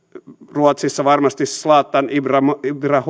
ruotsissa varmasti zlatan ibrahimovic